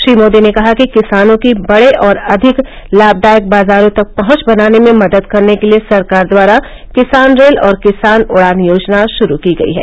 श्री मोदी ने कहा कि किसानों की बड़े और अधिक लाभदायक बाजारों तक पहुंच बनाने में मदद करने के लिए सरकार द्वारा किसान रेल और किसान उड़ान योजना शुरू की गई है